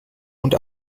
und